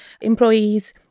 employees